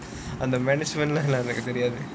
and the management எனக்கு தெரியாது:enaku theriyaathu